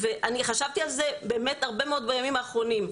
חשבתי על זה הרבה מאוד בימים האחרונים.